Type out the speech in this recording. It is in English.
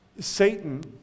Satan